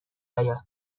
حیاط